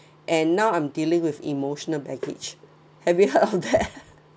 and now I'm dealing with emotional package have you heard of that